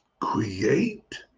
create